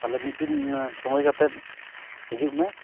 ᱛᱟᱦᱚᱞᱮ ᱢᱤᱫ ᱫᱤᱱ ᱥᱚᱢᱚᱭ ᱠᱟᱛᱮᱫ ᱦᱤᱡᱩᱜ ᱢᱮ